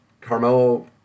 Carmelo